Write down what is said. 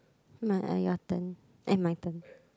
my uh your turn eh my turn